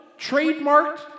trademarked